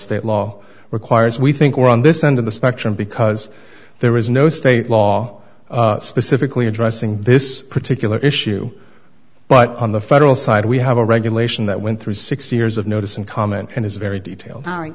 the law requires we think we're on this end of the spectrum because there is no state law specifically addressing this particular issue but on the federal side we have a regulation that went through six years of notice and comment and it's very detailed